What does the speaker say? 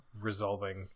resolving